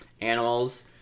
animals